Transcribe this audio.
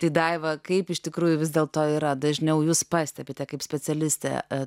tai daiva kaip iš tikrųjų vis dėlto yra dažniau jus pastebite kaip specialistę